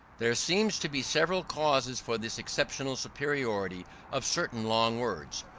there seem to be several causes for this exceptional superiority of certain long words.